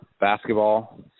basketball